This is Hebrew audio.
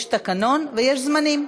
יש תקנון ויש זמנים.